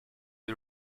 the